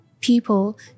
people